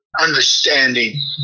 understanding